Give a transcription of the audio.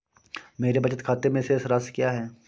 मेरे बचत खाते में शेष राशि क्या है?